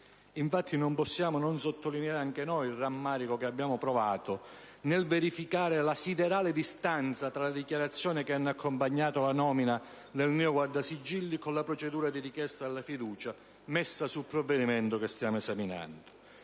infatti, non possiamo non sottolineare anche noi il rammarico che abbiamo provato nel verificare la distanza siderale tra le dichiarazioni che hanno accompagnato la nomina del neo Guardasigilli e la procedura di richiesta della fiducia messa sul provvedimento che stiamo esaminando